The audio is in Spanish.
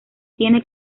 tiene